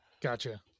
Gotcha